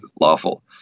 lawful